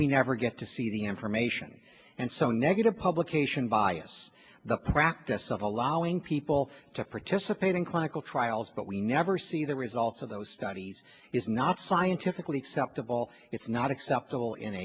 we never get to see the information and so negative publication bias the practice of allowing people to participate in clinical trials but we never see the results of those studies is not scientifically acceptable it's not acceptable in